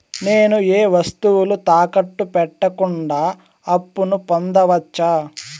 నేను ఏ వస్తువులు తాకట్టు పెట్టకుండా అప్పును పొందవచ్చా?